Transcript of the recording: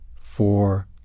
four